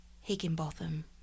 Higginbotham